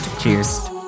Cheers